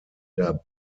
der